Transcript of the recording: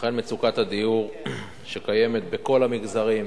אכן מצוקת הדיור שקיימת בכל המגזרים